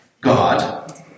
God